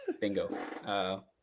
Bingo